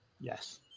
Yes